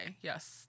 Yes